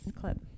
clip